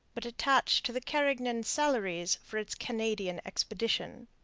but attached to the carignan-salieres for its canadian expedition.